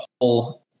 whole